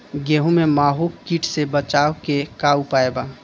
गेहूँ में माहुं किट से बचाव के का उपाय बा?